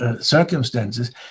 circumstances